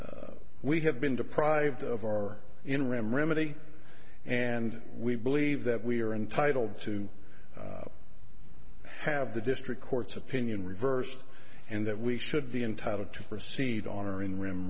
e we have been deprived of our interim remedy and we believe that we are entitled to have the district court's opinion reversed and that we should be entitled to proceed on our in r